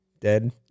dead